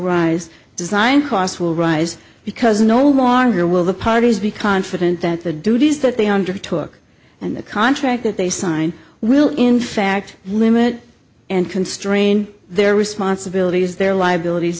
rise design costs will rise because no longer will the parties be confident that the duties that they undertook and the contract that they sign will in fact limit and constrain their responsibilities their liabilities